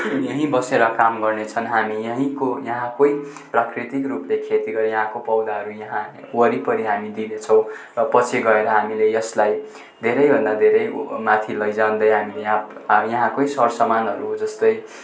यहीँ बसेर काम गर्नेछन् हामी यहीँको यहाँकै प्राकृतिकरूपले खेती गरी यहाँको पौधाहरू यहाँ वरिपरि हामी दिनेछौँ र पछि गएर हामीले यसलाई धेरैभन्दा धेरै माथि लैजाँदै हामीले यहाँकै सरसामानहरू जस्तै